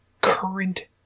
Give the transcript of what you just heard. current